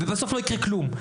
ובסוף לא יקרה כלום.